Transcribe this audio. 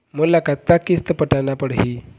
मोला कतका के किस्त पटाना पड़ही?